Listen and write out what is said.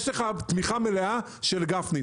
יש לך תמיכה מלאה של גפני;